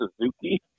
Suzuki